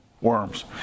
worms